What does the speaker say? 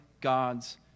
God's